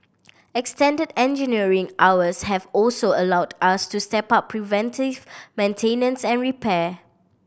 extended engineering hours have also allowed us to step up preventive maintenance and repair